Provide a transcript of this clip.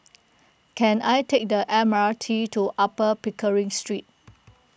can I take the M R T to Upper Pickering Street